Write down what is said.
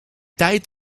tijd